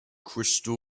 crystal